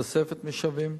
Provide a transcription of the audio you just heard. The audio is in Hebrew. תוספת משאבים,